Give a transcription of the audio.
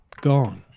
gone